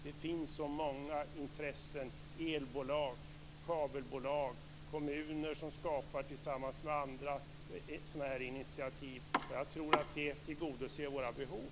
Det finns så många intressen; elbolag, kabelbolag och kommuner som tillsammans med andra skapar sådana här initiativ. Jag tror att det tillgodoser våra behov.